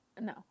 No